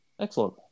Excellent